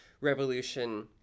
revolution